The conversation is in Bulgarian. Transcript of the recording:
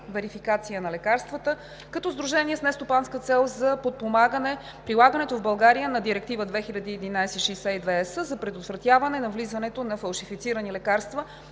верификация на лекарствата като сдружение с нестопанска цел за подпомагане прилагането в България на Директива 2011/62/ЕС за предотвратяване навлизането на фалшифицирани лекарства